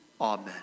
Amen